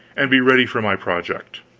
and be ready for my project.